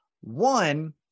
One